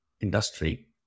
industry